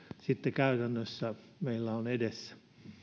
käytännössä meillä on edessä